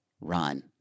run